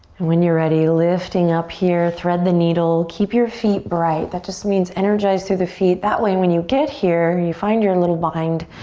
and when you're ready lifting up here, thread the needle. keep your feet bright. that just means energized through the feet. that way, when you get here, you find your little bind,